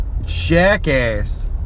Jackass